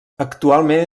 actualment